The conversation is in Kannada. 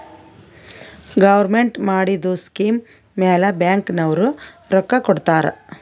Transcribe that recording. ಗೌರ್ಮೆಂಟ್ ಮಾಡಿದು ಸ್ಕೀಮ್ ಮ್ಯಾಲ ಬ್ಯಾಂಕ್ ನವ್ರು ರೊಕ್ಕಾ ಕೊಡ್ತಾರ್